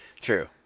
True